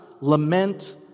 lament